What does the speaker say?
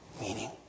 Meaning